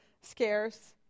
scarce